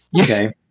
Okay